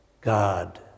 God